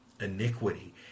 iniquity